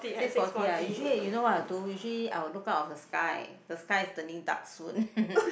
six forty ah usually you know what I will do usually I will look out of the sky the sky is turning dark soon